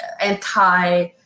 anti